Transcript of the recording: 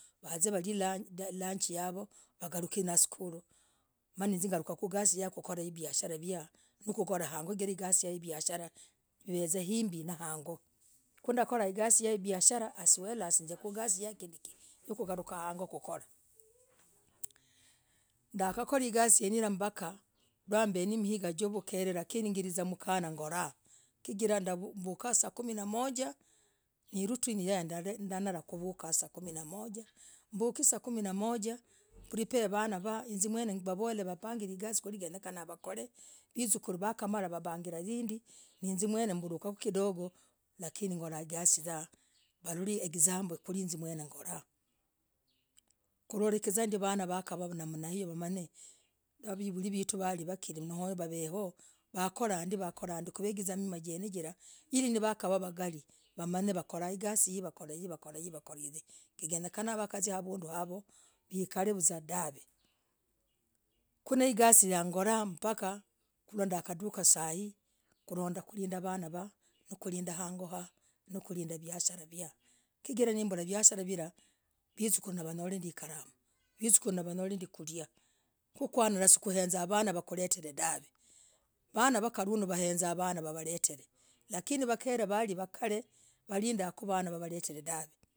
Vaaze. walie, lunch, yawoo. wagaluk naa msukuluu. maa, hiz galukah. mgasii. taa, kukorah. visharavia. ne kukorah, angooo, higasii yen visharah. hivezah himbii, nah, angooo. juu. ndakora, higasii yen visharah. hasiwelehsii ziyaa, mgasii yaah, ngindikii. n kugalukah angooo, kukorah, ndakora higasii yen hiraah. mpakah, na. mben migaa chamkele, lakini. ngikirii. vuzaa mkanaag, ngolah, chigirah. vukaa. sakuminamoja. nee. suti. yanyarah, kuvukah sakuminamoja n pripeeh, vanaa vaa, hiz mwene. wabagil igasii genyekana. wakore, visukuruu, wakamalah. wabangegilah. higii. na hiz mwene dukaku. kidogo, lakini walore igasii neee. yangolah, kudukiza ndio vaanah. namahiyo, wamanyane vavivulii. vyetu. waveyoo. wakorah ndiii was warandii kwegizaa. mimaah. mimaah, jinejira. hili. nakavaa, vakalii. wamanyane. vaikalee. vuzaa. dahvee. hili, igasii ne yangolah mpakah. ndakandukah. saii. kulinda. hangoo. yaa, kulinda vaanah, waaah, kulinda visharah viaya, chigirah. neevulah, visharah viilah, visukuruu nee. wanyolendii. hekalam, visukuruu n wanyolendii kuliya, visukuruu kuu, kwanyalah kuezah lakini, vanduu. wakalee. walindagah, vanaa. wawaletere, dahvee.